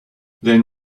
then